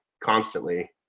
constantly